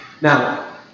Now